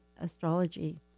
Astrology